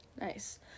Nice